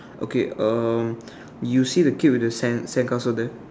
okay um you see the kid with the sand~ sandcastle there